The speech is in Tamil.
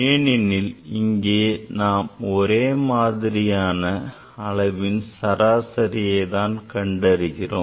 ஏனெனில் இங்கே நாம் ஒரே மாதிரியான அளவின் சராசரியை தான் அறிகிறோம்